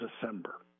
December